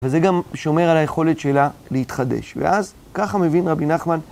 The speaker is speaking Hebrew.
וזה גם שומר על היכולת שלה להתחדש, ואז, ככה מבין רבי נחמן.